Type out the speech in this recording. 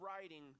writing